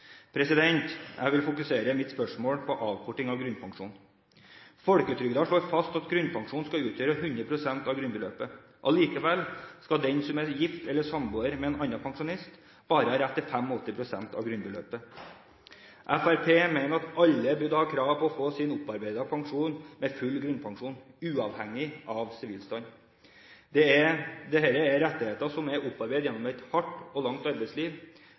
Jeg vil fokusere mitt spørsmål på avkorting av grunnpensjonen. Folketrygden slår fast at grunnpensjonen skal utgjøre 100 pst. av grunnbeløpet. Allikevel skal den som er gift eller samboer med en annen pensjonist, bare ha rett til 85 pst. av grunnbeløpet. Fremskrittspartiet mener at alle burde ha krav på å få sin opparbeidede pensjon med full grunnpensjon, uavhengig av sivilstand. Dette er rettigheter som er opparbeidet gjennom et hardt og langt arbeidsliv.